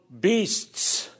beasts